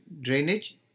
drainage